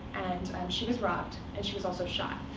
and she was robbed, and she was also shot.